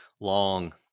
long